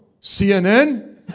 CNN